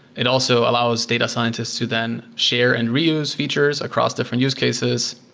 it also allows data scientists to then share and reuse features across different use cases.